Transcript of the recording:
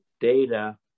data